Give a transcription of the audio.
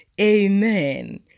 Amen